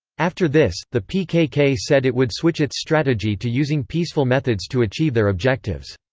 after this, the pkk said it would switch its strategy to using peaceful methods to achieve their objectives.